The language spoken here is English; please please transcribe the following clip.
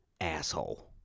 asshole